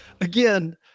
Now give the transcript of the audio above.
again